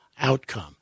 Outcome